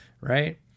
right